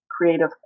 creative